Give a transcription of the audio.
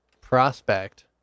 Prospect